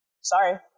sorry